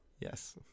yes